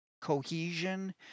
cohesion